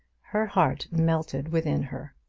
her heart melted within her.